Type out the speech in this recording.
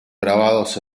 grabados